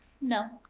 No